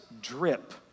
drip